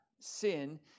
sin